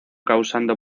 causando